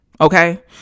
Okay